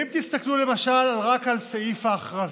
אם תסתכלו למשל רק על סעיף ההכרזה,